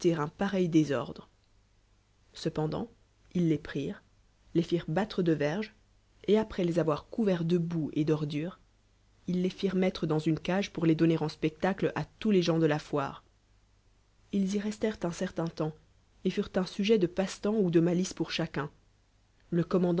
un pareil désordre cependant ils les prirent les firent batue de vel'gcs et après les avoir cou verts de boue et d'ordure ils les firent mettre dans une cage podr les donner en spectacle toua les geins de la foire ils y restèrent un certain temps et furent un sujet cie paese temps ou de malice pour chaeùn le